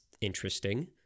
interesting